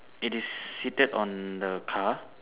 it is seated on the car